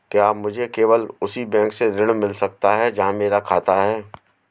क्या मुझे केवल उसी बैंक से ऋण मिल सकता है जहां मेरा खाता है?